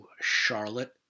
Charlotte